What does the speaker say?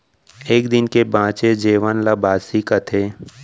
एक दिन के बांचे जेवन ल बासी कथें